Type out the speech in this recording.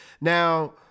Now